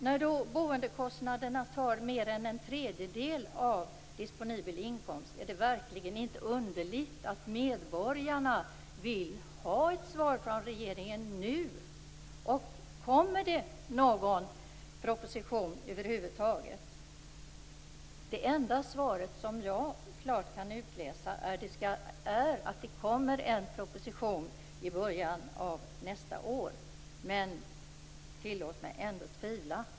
När boendekostnaderna tar mer än en tredjedel av den disponibla inkomsten är det verkligen inte underligt att medborgarna vill ha ett svar från regeringen nu. Kommer det någon proposition över huvud taget? Det enda svar som jag klart kan utläsa är att det kommer en proposition i början av nästa år. Men tillåt mig ändå tvivla.